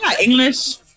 english